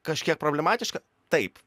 kažkiek problematiška taip